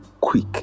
quick